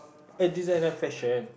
a designer fashion